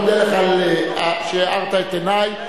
אני מודה לך על שהארת את עיני,